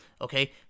okay